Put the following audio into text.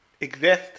exist